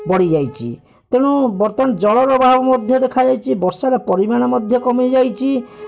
ବଢ଼ିଯାଇଛି ତେଣୁ ବର୍ତ୍ତମାନ ଜଳର ଅଭାବ ମଧ୍ୟ ଦେଖାଯାଇଛି ବର୍ଷାର ପରିମାଣ ମଧ୍ୟ କମିଯାଇଛି